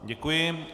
Děkuji.